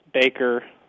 Baker